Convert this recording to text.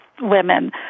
women